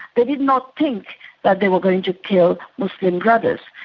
they did not think that they were going to kill muslim brothers.